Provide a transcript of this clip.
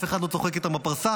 אף אחד לא צוחק איתם בפרסה,